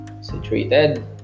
Situated